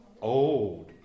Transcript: Old